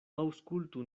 aŭskultu